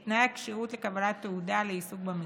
את תנאי הכשירות לקבלת תעודה לעיסוק במקצוע.